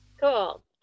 Cool